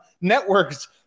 Networks